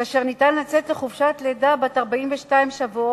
כאשר ניתן לצאת לחופשת לידה בת 42 שבועות